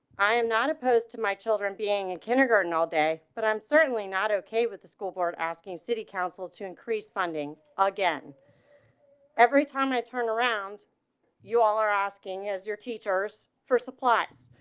i am not opposed to my children being a and kindergarten. all day, but i'm certainly not okay with the school board, asking city council to increase funding again every time and turn around you all are asking has your teachers for supplies,